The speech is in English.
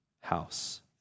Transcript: house